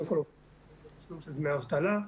קודם כל דמי אבטלה,